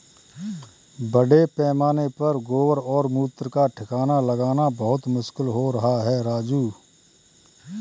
बड़े पैमाने पर गोबर और मूत्र का ठिकाना लगाना बहुत मुश्किल हो रहा है राजू